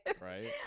Right